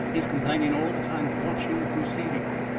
his companion all the time watching the proceedings.